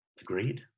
Agreed